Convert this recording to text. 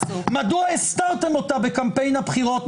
מדוע הסתרתם אותה בקמפיין הבחירות?